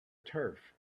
turf